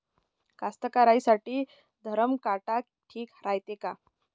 कास्तकाराइसाठी धरम काटा ठीक रायते का?